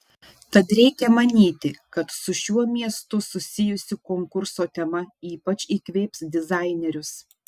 tad reikia manyti kad su šiuo miestu susijusi konkurso tema ypač įkvėps dizainerius